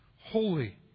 Holy